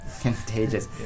Contagious